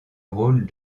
rôle